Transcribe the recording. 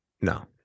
No